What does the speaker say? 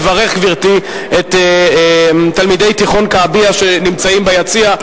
נברך את תלמידי תיכון כעביה שנמצאים ביציע,